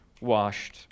washed